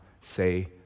say